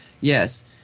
Yes